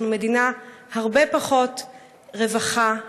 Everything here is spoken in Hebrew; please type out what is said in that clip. אנחנו מדינה הרבה פחות של רווחה,